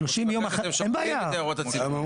אנחנו --- את הערות הציבור.